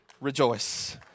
rejoice